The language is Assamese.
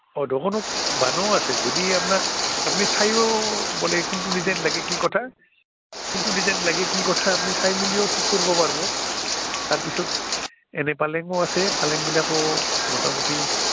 অঁ দোকানত বানোৱাও আছে যদি আপোনাক আপুনি চাইও বোলে কোনটো ডিজাইন লাগে কি কথা কোনটো ডিজাইন লাগে কি কথা আপুনি চাই মেলিও ঠিক কৰিব পাৰিব তাৰ পিছত এনে পালেঙো আছে পালেংবিলাকো মোটামুটি